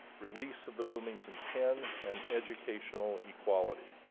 release of the wilmington ten, and educational equality.